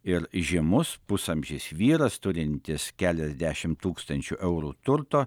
ir žymus pusamžis vyras turintis keliasdešim tūkstančių eurų turto